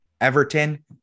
Everton